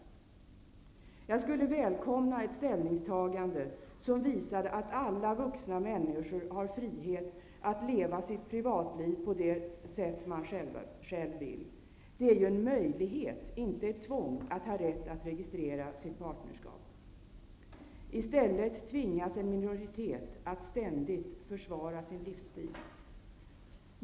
Jag skulle välkomna ett ställningstagande som visade att alla vuxna människor har frihet att leva sitt privatliv på det sätt man själv vill. Det är ju en möjlighet, inte ett tvång, att ha rätt att registrera sitt partnerskap. I stället tvingas en minoritet att ständigt försvara sin livsstil.